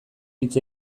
hitz